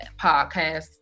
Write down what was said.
podcast